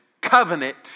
covenant